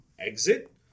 exit